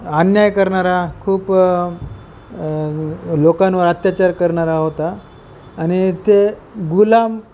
अन्याय करणारा खूप लोकांवर अत्याचार करणारा होता आणि ते गुलाम